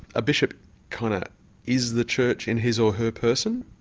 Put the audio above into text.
a bishop kind of is the church in his or her person.